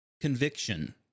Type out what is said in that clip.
conviction